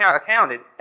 accounted